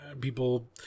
People